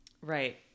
Right